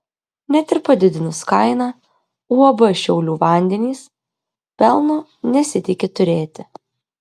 net ir padidinus kainą uab šiaulių vandenys pelno nesitiki turėti